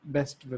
Best